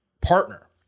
partner